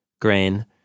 grain